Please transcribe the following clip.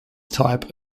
type